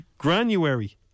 granuary